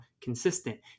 consistent